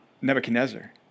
Nebuchadnezzar